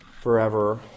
forever